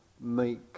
make